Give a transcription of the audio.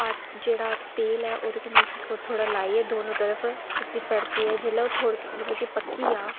जेह्ड़ा तेल ऐ ओह्द कन्नै उसी थोह्ड़ा थोहड़ा लाइयै दोनों तरफ उसी परतियै जिल्लै ओह् पक्की जा